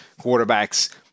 quarterbacks